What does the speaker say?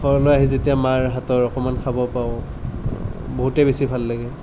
ঘৰলৈ আহি যেতিয়া মাৰ হাতৰ অকমান খাব পাওঁ বহুতেই বেছি ভাল লাগে